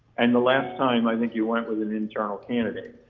and the last time i think you went with an internal candidate,